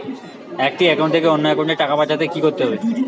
একটি একাউন্ট থেকে অন্য একাউন্টে টাকা পাঠাতে কি করতে হবে?